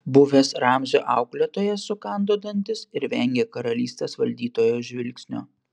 buvęs ramzio auklėtojas sukando dantis ir vengė karalystės valdytojo žvilgsnio